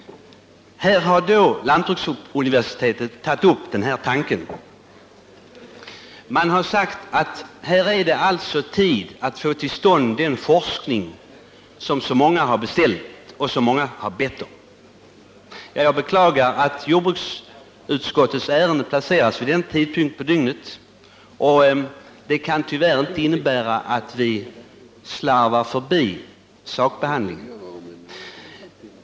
Lantbruksuniversitetet har tagit upp den tanken och sagt att det är tid att få till stånd den forskning som så många har bett om. Jag beklagar att jordbruksutskottets ärenden kommer upp till behandling vid den här tidpunkten på dygnet. Det får inte medföra att vi slarvar med sakbehandlingen.